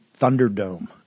Thunderdome